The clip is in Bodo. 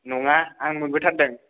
नङा आं मोनबोथारदों